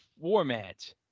format